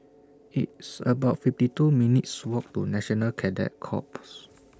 It's about fifty two minutes' Walk to National Cadet Corps